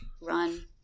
run